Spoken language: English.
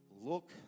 look